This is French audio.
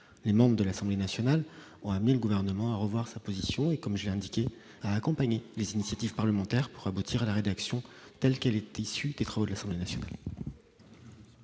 les membres de l'Assemblée nationale ont amené le gouvernement à revoir sa position et comme j'ai indiqué à accompagner les initiatives parlementaires pro- aboutir à la rédaction, telle qu'elle est issue des travaux de l'Assemblée nationale.